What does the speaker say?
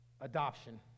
adoption